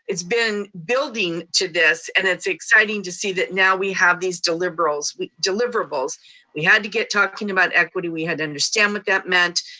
it's been building to this and it's exciting to see that now we have these deliverables. we we had to get talking about equity, we had to understand what that meant.